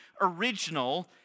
original